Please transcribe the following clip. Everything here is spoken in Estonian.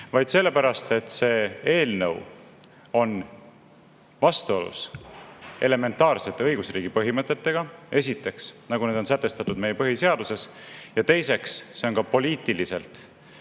vaid sellepärast, et see eelnõu on, esiteks, vastuolus elementaarsete õigusriigi põhimõtetega, nagu need on sätestatud meie põhiseaduses, ja teiseks, see kätkeb endas poliitiliselt